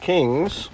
Kings